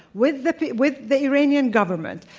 with the with the iranian government.